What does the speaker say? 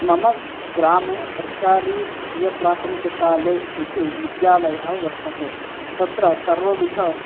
मम ग्रामे सर्कारीहिरियप्राथमिकशालः इति विद्यालयः वर्तते तत्र सर्वविध